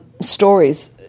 stories